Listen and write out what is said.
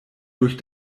durch